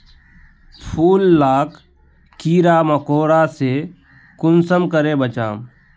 फूल लाक कीड़ा मकोड़ा से कुंसम करे बचाम?